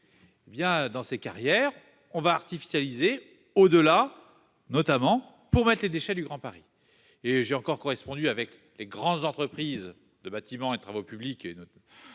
Bien dans ces carrières, on va artificialiser au-delà, notamment pour mettre les déchets du Grand Paris et j'ai encore correspondu avec les grandes entreprises de bâtiment et travaux publics